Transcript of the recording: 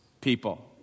people